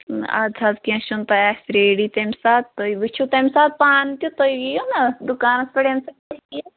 اَدٕ حظ کیٚنٛہہ چھُنہٕ تۄہہِ آسہِ ریڈی تمہِ ساتہٕ تُہۍ وُچھِو تَمہِ ساتہٕ پانہٕ تہِ تُہۍ یِیِو نا دُکانَس پٮ۪ٹھ ییٚمہِ ساتہٕ